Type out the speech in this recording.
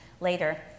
later